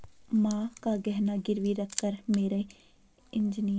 मां का गहना गिरवी रखकर मेरा इंजीनियरिंग में दाखिला हुआ था